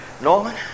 Norman